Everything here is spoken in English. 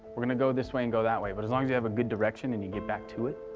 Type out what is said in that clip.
we're gonna go this way and go that way, but as long as you have a good direction and you get back to it.